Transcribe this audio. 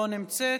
לא נמצאת,